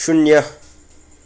शून्य